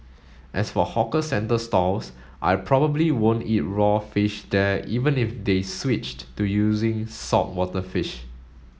as for hawker centre stalls I probably won't eat raw fish there even if they switched to using saltwater fish